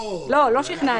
לא שכנענו.